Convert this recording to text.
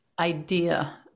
idea